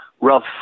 rough